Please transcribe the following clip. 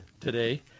today